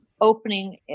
opening